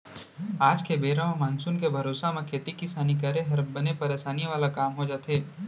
आज के बेरा म मानसून के भरोसा म खेती किसानी करे हर बने परसानी वाला काम हो जाथे